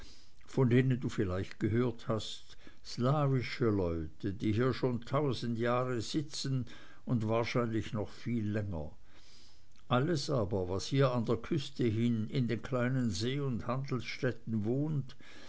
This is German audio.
von denen du vielleicht gehört hast slawische leute die hier schon tausend jahre sitzen und wahrscheinlich noch viel länger alles aber was hier an der küste hin in den kleinen seeund handelsstädten wohnt